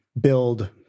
build